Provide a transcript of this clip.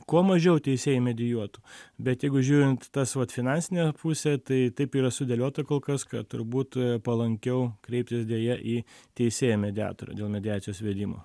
kuo mažiau teisėjai medijuotų bet jeigu žiūrint tas vat finansinę pusę tai taip yra sudėliota kol kas turbūt palankiau kreiptis deja į teisėją mediatorių dėl mediacijos vedimo